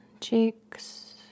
Cheeks